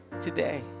today